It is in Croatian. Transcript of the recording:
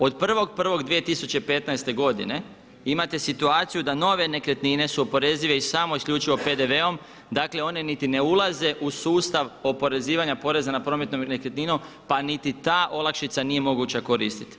Od 1.1.2015. godine imate situaciju da nove nekretnine su oporezive i samo isključivo PDV-om, dakle one niti ne ulaze u sustav oporezivanja poreza na promet nekretnina pa niti ta olakšica nije moguća koristiti.